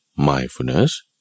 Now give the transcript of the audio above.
Mindfulness